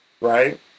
right